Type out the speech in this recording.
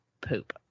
poop